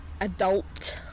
adult